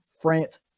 France